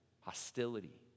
hostility